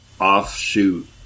offshoot